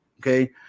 Okay